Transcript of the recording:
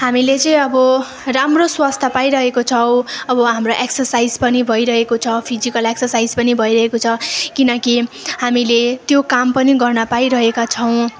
हामीले चाहिँ अब राम्रो स्वास्थ्य पाइरहेको छौँ अब हाम्रो एक्ससाइस पनि भइरहेको छ फिजिकल एक्ससाइस पनि भइरहेको छ किनकि हामीले त्यो काम पनि गर्न पाइरहेका छौँ